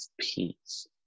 peace